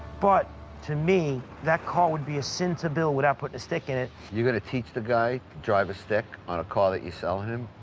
but to me, that car would be a sin to build without putting a stick in it. you gonna teach the guy to drive a stick on a car that you're selling him?